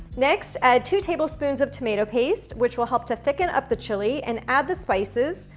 next, add two tablespoons of tomato paste, which will help to thicken up the chili, and add the spices,